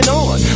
on